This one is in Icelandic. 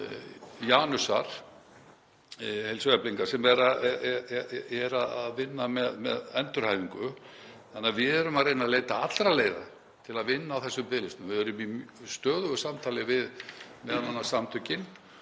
til Janusar heilsueflingar sem er að vinna með endurhæfingu, þannig að við erum að reyna að leita allra leiða til að vinna á þessum biðlistum. Við erum í stöðugu samtali við m.a. samtökin